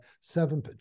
seven